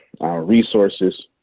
resources